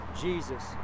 Jesus